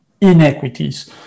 inequities